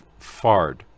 fard